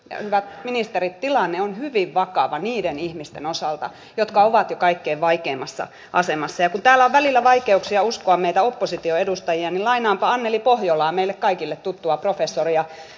ne nuoret joilla on mielenterveyden kanssa ongelmia joilta ovat menneet luottotiedot ja sen seurauksena oma kämppä alta eivät hyödy takuusta joka ohjaa kouluun tai töihin